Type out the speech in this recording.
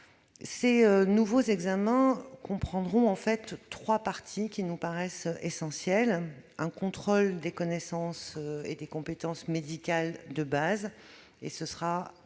Les nouveaux examens comprendront trois parties qui nous paraissent essentielles : un contrôle des connaissances et des compétences médicales de base, à travers